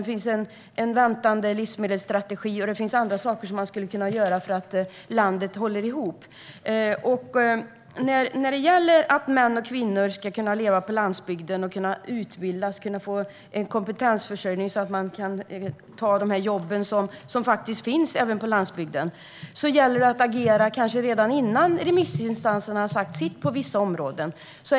Det finns en väntande livsmedelsstrategi, och det finns andra saker som man skulle kunna göra för att landet ska hålla ihop. När det gäller att män och kvinnor ska kunna leva på landsbygden och kunna utbilda sig - det handlar om kompetensförsörjning - så att de kan ta de jobb som faktiskt finns på landsbygden gäller det att kanske agera redan innan remissinstanserna har sagt sitt på vissa områden.